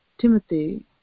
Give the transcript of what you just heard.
Timothy